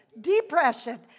depression